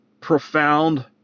profound